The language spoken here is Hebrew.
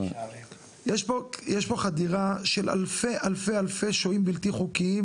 יש פה חדירה של אלפי אלפי אלפי שוהים בלתי חוקיים